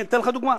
אני אתן לך דוגמה.